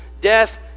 death